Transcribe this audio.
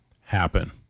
happen